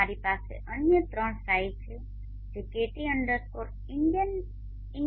મારી પાસે અન્ય ત્રણ ફાઇલો છે જે kt India